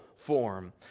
Form